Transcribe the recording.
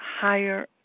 higher